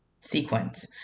sequence